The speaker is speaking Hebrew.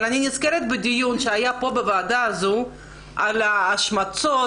אבל אני נזכרת בדיון שהיה פה בוועדה הזו על ההשמצות